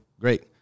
great